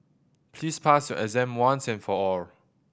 please pass your exam once and for all